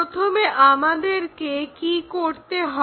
প্রথমে আমাদেরকে কি করতে হবে